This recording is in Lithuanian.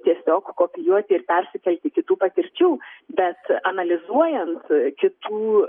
tiesiog kopijuoti ir persikelti kitų patirčių bet analizuojant kitų